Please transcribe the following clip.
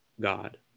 God